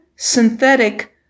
synthetic